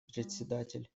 председатель